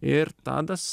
ir tadas